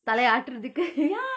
தலய ஆட்ரதுக்கு:thalaya aatrathuku